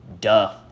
duh